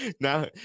Now